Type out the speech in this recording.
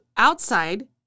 outside